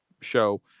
show